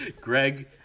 Greg